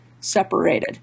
separated